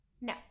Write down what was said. No